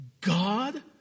God